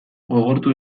gogortu